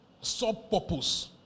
Sub-purpose